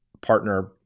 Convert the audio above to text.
partner